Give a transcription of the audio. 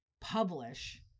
publish